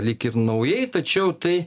lyg ir naujai tačiau tai